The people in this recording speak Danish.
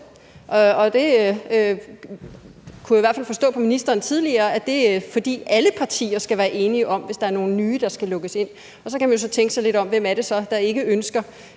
Og der kunne jeg i hvert fald forstå på ministeren tidligere, at det er, fordi alle partier skal være enige om det, hvis der er nogle nye, der skal lukkes ind. Og så kan man jo tænke lidt på, hvem det så er, der ikke ønsker,